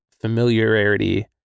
familiarity